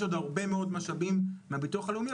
עוד הרבה מאוד משאבים מהביטוח הלאומי,